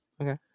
okay